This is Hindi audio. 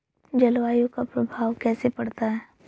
जलवायु का प्रभाव कैसे पड़ता है?